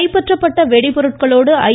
கைப்பற்றப்பட்ட வெடி பொருட்களோடு ஐ